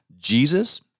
Jesus